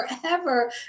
forever